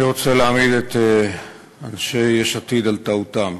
אני רוצה להעמיד את אנשי יש עתיד על טעותם.